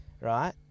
right